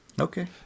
Okay